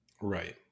Right